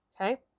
Okay